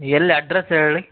ಎಲ್ಲಿ ಅಡ್ರೆಸ್ ಹೇಳಿ